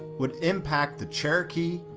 would impact the cherokee,